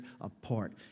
apart